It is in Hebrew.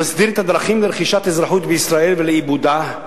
המסדיר את הדרכים לרכישת אזרחות בישראל ולאיבודה.